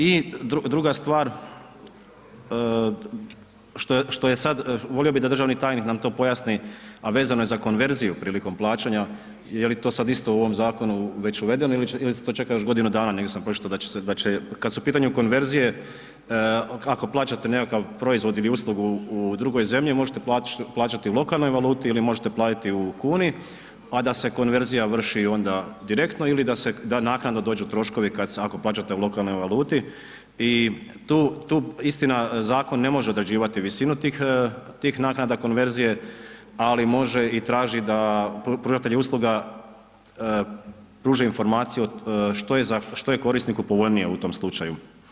I druga stvar, što je sad, volio bih da državni tajnik nam to pojasni, a vezano je za konverziju prilikom plaćanja, je li to sad isto u ovom zakonu već uvedeno ili se to čeka još godinu dana, negdje sam pročitao da će se, da će kad su u pitanju konverzije, ako plaćate nekakav proizvod ili uslugu u drugoj zemlji, možete plaćati u lokalnoj valuti ili možete platiti u kuni, a da se konverzija vrši onda direktno ili da se naknadno dođu troškovi kad se, ako plaćate u lokalnoj valuti i tu, tu istina zakon ne može određivati visinu tih naknada konverzije, ali može i tražiti da pružatelji usluga pruže informaciju što je korisniku povoljnije u tom slučaju.